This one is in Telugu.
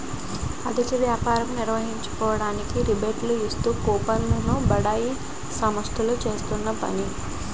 అధిక వ్యాపారం నిర్వహించుకోవడానికి రిబేట్లు ఇస్తూ కూపన్లు ను బడా సంస్థలు చేస్తున్న పని